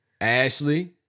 Ashley